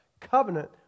Covenant